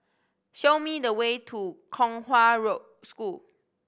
show me the way to Kong Hwa Road School